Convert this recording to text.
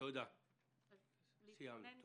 אז יש להתכונן בהתאם.